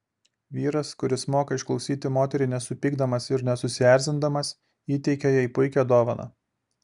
vyras kuris moka išklausyti moterį nesupykdamas ir nesusierzindamas įteikia jai puikią dovaną